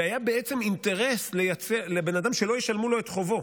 ולבן אדם היה בעצם אינטרס שלא ישלמו לו את חובו.